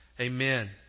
Amen